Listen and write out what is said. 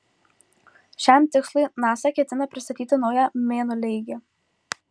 šiam tikslui nasa ketina pristatyti naują mėnuleigį